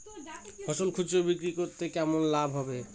ফসল খুচরো বিক্রি করলে কেমন লাভ হবে?